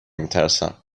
میترسم